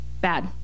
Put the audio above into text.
bad